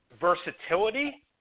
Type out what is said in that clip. versatility